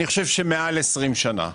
אני חושב שמעל 20 שנה.